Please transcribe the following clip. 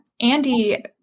Andy